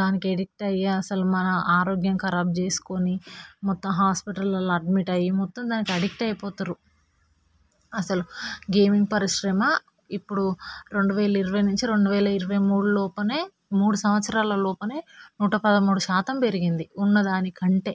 దానికి అడిక్ట్ అయ్యి మన ఆరోగ్యం ఖరాబు చేసుకుని మొత్తం హాస్పిటల్లలో అడ్మిట్ అయ్యి మొత్తం దానికి అడెక్ట్ అయిపోతుర్రు అసలు గేమ్ పరిశ్రమ ఇప్పుడు రెండు వేల ఇరవై నుంచి రెండు వేల ఇరవై మూడు లోపలే మూడు సంవత్సరాల లోపలే నూట పదమూడు శాతం పెరిగింది ఉన్నదానికంటే